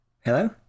Hello